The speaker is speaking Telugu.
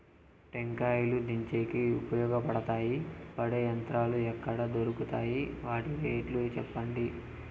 టెంకాయలు దించేకి ఉపయోగపడతాయి పడే యంత్రాలు ఎక్కడ దొరుకుతాయి? వాటి రేట్లు చెప్పండి?